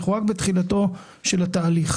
אנחנו רק בתחילת התהליך.